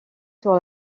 sur